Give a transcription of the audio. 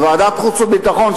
בוועדת חוץ וביטחון,